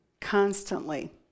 constantly